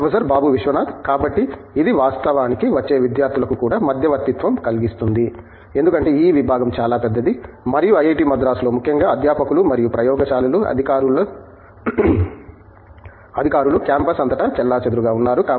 professor Babu Vishwanath కాబట్టి ఇది వాస్తవానికి వచ్చే విద్యార్థులకు కూడా మధ్యవర్తిత్వం కలిగిస్తుంది ఎందుకంటే ఈ విభాగం చాలా పెద్దది మరియు ఐఐటి మద్రాసులో ముఖ్యంగా అధ్యాపకులు మరియు ప్రయోగశాలల అధికారులు క్యాంపస్ అంతటా చెల్లాచెదురుగా ఉన్నారు